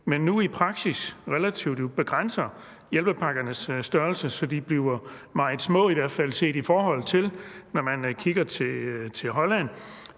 men nu i praksis begrænser hjælpepakkernes størrelse, så de bliver meget små, i hvert fald når man kigger til Holland,